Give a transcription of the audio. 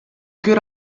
could